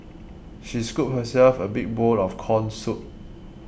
she scooped herself a big bowl of Corn Soup